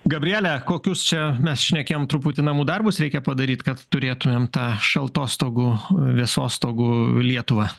gabriele kokius čia mes šnekėjom truputį namų darbus reikia padaryt kad turėtumėm tą šaltostogų vėsostogų lietuvą